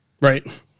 right